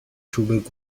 چوب